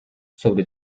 sobre